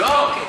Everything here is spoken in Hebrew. אין מחלוקת.